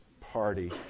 party